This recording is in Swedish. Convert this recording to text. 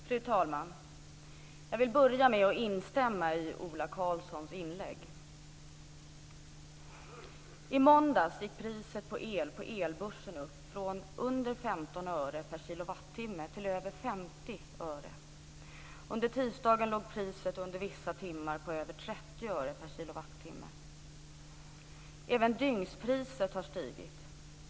Fru talman! Jag vill börja med att instämma i Ola I måndags gick priset på el på elbörsen upp från under 15 öre per kilowattimme till över 50 öre. Under tisdagen låg priset under vissa timmar på över 30 öre per kilowattimme. Även dygnspriset har stigit.